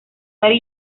daddy